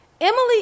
Emily